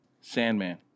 sandman